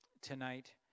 tonight